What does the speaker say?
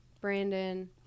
Brandon